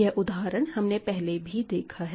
यह उदाहरण हमने पहले भी देखा है